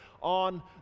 on